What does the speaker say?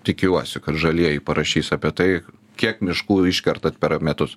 tikiuosi kad žalieji parašys apie tai kiek miškų iškertat per metus